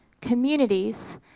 Communities